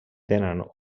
tenen